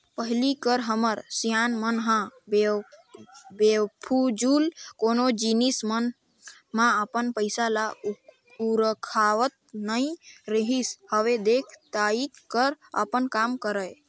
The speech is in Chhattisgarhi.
पहिली कर हमर सियान मन ह बेफिजूल कोनो जिनिस मन म अपन पइसा ल उरकावत नइ रिहिस हवय देख ताएक कर अपन काम करय